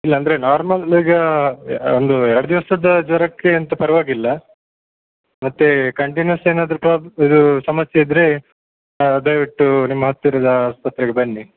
ಇಲ್ಲ ಅಂದರೆ ನಾರ್ಮಲ್ಲಾಗಿ ಒಂದು ಎರಡು ದಿವ್ಸದ ಜ್ವರಕ್ಕೆ ಎಂತ ಪರ್ವಾಗಿಲ್ಲ ಮತ್ತೆ ಕಂಟಿನ್ಯುಅಸ್ ಏನಾದ್ರೂ ಪ್ರಾ ಇದು ಸಮಸ್ಯೆ ಇದ್ದರೆ ದಯವಿಟ್ಟು ನಿಮ್ಮ ಹತ್ತಿರದ ಆಸ್ಪತ್ರೆಗೆ ಬನ್ನಿ